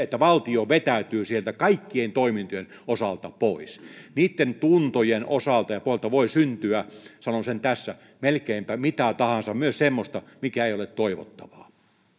että valtio vetäytyy sieltä kaikkien toimintojen osalta pois niitten tuntojen osalta ja pohjalta voi syntyä sanon sen tässä melkeinpä mitä tahansa myös semmoista mikä ei ole toivottavaa